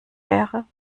wäre